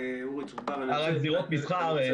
מסחר.